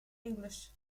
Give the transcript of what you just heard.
english